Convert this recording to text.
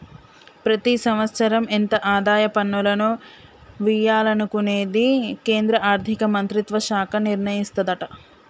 ప్రతి సంవత్సరం ఎంత ఆదాయ పన్నులను వియ్యాలనుకునేది కేంద్రా ఆర్థిక మంత్రిత్వ శాఖ నిర్ణయిస్తదట